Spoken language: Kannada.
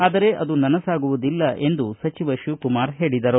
ಆದರೆ ಅದು ನನಸಾಗುವುದಿಲ್ಲ ಎಂದು ಶಿವಕುಮಾರ ಹೇಳಿದರು